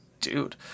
dude